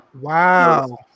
Wow